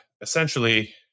essentially